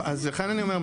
אז לכן אני אומר,